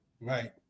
right